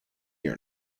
year